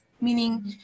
meaning